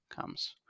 comes